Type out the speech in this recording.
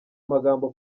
magambo